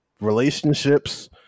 relationships